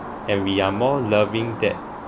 and we are more loving that